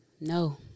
No